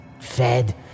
fed